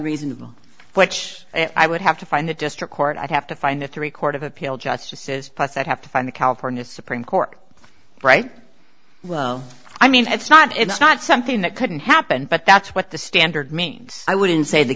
reasonable which i would have to find it just to court i'd have to find a three court of appeal justices plus i'd have to find the california supreme court right well i mean it's not it's not something that couldn't happen but that's what the standard means i wouldn't say the